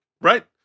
Right